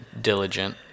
diligent